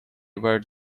where